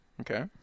Okay